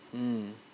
mm